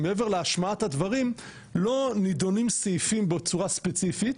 מעבר להשמעת הדברים לא נידונים סעיפים בצורה ספציפית.